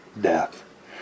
death